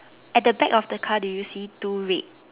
at the back of the car do you see two red